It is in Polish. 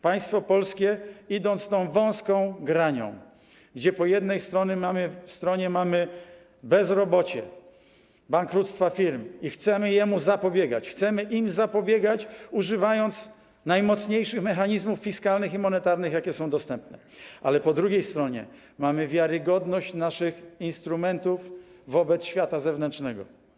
Państwo polskie idzie tą wąską granią, gdzie po jednej stronie mamy bezrobocie, bankructwa firm - i chcemy im zapobiegać, używając najmocniejszych mechanizmów fiskalnych i monetarnych, jakie są dostępne - ale po drugiej stronie mamy wiarygodność naszych instrumentów wobec świata zewnętrznego.